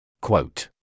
Quote